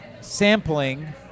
sampling